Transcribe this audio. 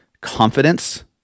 confidence